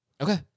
Okay